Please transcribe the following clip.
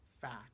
fact